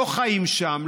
לא חיים שם,